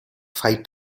fight